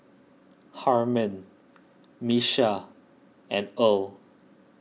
Harman Miesha and Earl